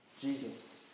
Jesus